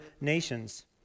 nations